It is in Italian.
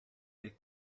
del